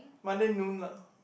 Monday noon lah